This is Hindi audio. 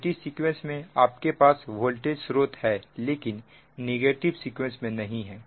पॉजिटिव सीक्वेंस में आपके पास वोल्टेज स्रोत है लेकिन नेगेटिव सीक्वेंस में नहीं है